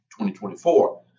2024